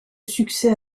succès